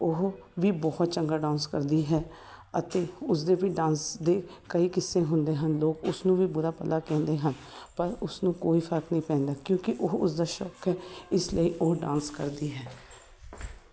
ਉਹ ਵੀ ਬਹੁਤ ਚੰਗਾ ਡਾਂਸ ਕਰਦੀ ਹੈ ਅਤੇ ਉਸਦੇ ਵੀ ਡਾਂਸ ਦੇ ਕਈ ਕਿੱਸੇ ਹੁੰਦੇ ਹਨ ਲੋਕ ਉਸ ਨੂੰ ਵੀ ਬੁਰਾ ਭਲਾ ਕਹਿੰਦੇ ਹਨ ਪਰ ਉਸ ਨੂੰ ਕੋਈ ਫਰਕ ਨਹੀਂ ਪੈਂਦਾ ਕਿਉਂਕਿ ਉਹ ਉਸਦਾ ਸ਼ੌਕ ਹੈ ਇਸ ਲਈ ਉਹ ਡਾਂਸ ਕਰਦੀ ਹੈ